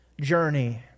journey